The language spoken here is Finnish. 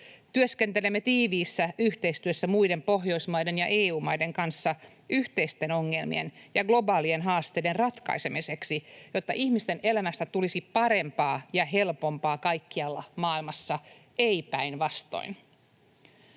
Työskentelemme tiiviissä yhteistyössä muiden Pohjoismaiden ja EU-maiden kanssa yhteisten ongelmien ja globaalien haasteiden ratkaisemiseksi, jotta ihmisten elämästä tulisi parempaa ja helpompaa kaikkialla maailmassa — ei päinvastoin.